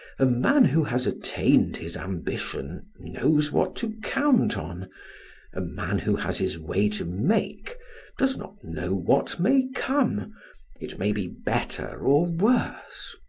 a man who has attained his ambition knows what to count on a man who has his way to make does not know what may come it may be better or worse.